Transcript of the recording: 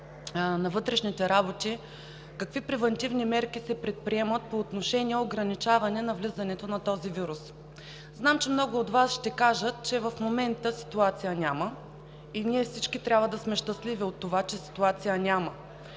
на вътрешните работи какви превантивни мерки се предприемат по отношение ограничаване навлизането на този вирус. Знам, че много от Вас ще кажат, че в момента ситуация няма и всички ние трябва да сме щастливи от това. Но смятам,